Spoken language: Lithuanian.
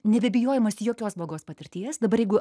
nebebijojimas jokios blogos patirties dabar jeigu